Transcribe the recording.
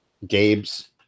Gabe's